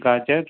गाजर